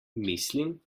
mislim